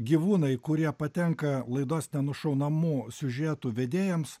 gyvūnai kurie patenka laidos nušaunamų siužetų vedėjams